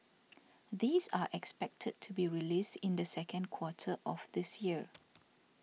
these are expected to be released in the second quarter of this year